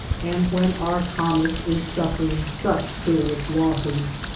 and when our commerce is suffering such serious losses.